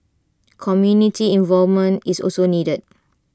community involvement is also needed